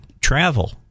travel